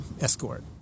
escort